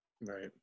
right